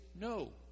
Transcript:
No